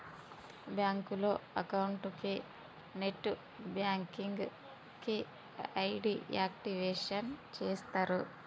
బ్యాంకులో అకౌంట్ కి net banking కి ఐడి యాక్టివేషన్ చేస్తరు